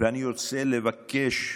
ואני רוצה לבקש,